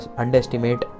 underestimate